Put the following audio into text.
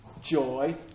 joy